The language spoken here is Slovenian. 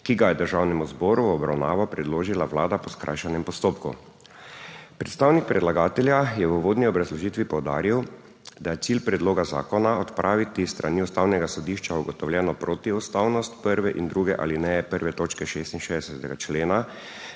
ki ga je Državnemu zboru v obravnavo predložila Vlada po skrajšanem postopku. Predstavnik predlagatelja je v uvodni obrazložitvi poudaril, da je cilj predloga zakona odpraviti s strani Ustavnega sodišča ugotovljeno protiustavnost prve in druge alineje 1. točke 66. člena